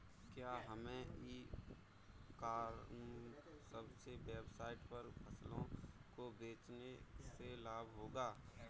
क्या हमें e commerce की वेबसाइट पर फसलों को बेचने से लाभ होगा?